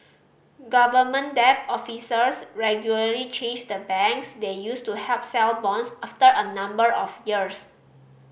government debt officers regularly change the banks they use to help sell bonds after a number of years